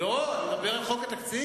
אני מדבר על חוק התקציב.